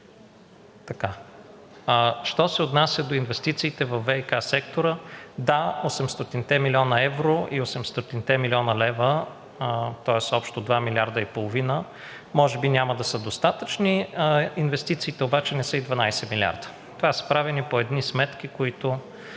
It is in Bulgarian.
Що се отнася до инвестициите във ВиК сектора. Да, 800 млн. евро и 800 млн. лв., тоест общо два милиарда и половина, може би няма да са достатъчни. И инвестициите обаче не са 12 милиарда. Правени са по сметки, които